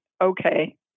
Okay